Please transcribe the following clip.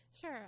Sure